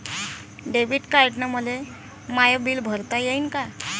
Debit कार्डानं मले my bill भरता येईन का?